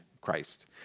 Christ